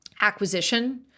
Acquisition